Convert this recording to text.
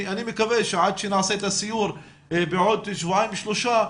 אני מקווה שעד שנעשה את הסיור בעוד שבועיים-שלושה,